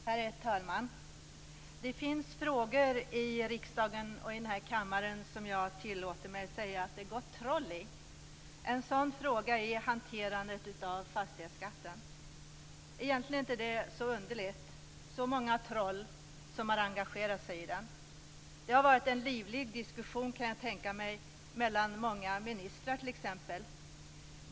Herr talman! Det finns frågor i riksdagen och i den här kammaren som jag tillåter mig säga att det gått troll i. En sådan fråga är hanterandet av fastighetsskatten. Egentligen är inte det så underligt - så många "troll" som har engagerat sig i den. Jag kan tänka mig att det har förts en livlig diskussion mellan många ministrar t.ex.